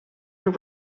your